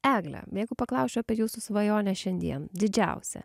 egle jeigu paklausčiau apie jūsų svajonę šiandien didžiausią